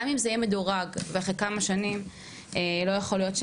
גם אם זה יהיה מדורג ואחרי כמה שנים.